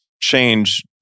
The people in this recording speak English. change